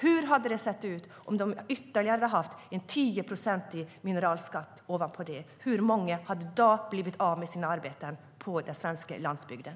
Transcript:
Hur hade det sett ut om de dessutom hade haft en 10-procentig mineralskatt ovanpå det? Hur många hade då blivit av med sina arbeten på den svenska landsbygden?